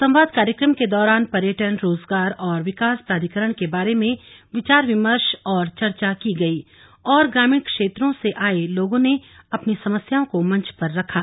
संवाद कार्यक्रम के दौरान पर्यटन रोजगार और विकास प्राधिकरण के बारे में विचार विमर्श और चर्चा की गयी और ग्रामीण क्षेत्रों से आये लोगों ने अपनी समस्याओं को मंच पर रखा